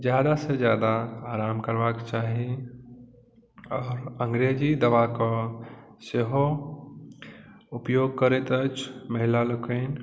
ज्यादासँ ज्यादा आराम करबाक चाही आओर अंग्रेजी दबाके सेहो उपयोग करैत अछि महिला लोकनि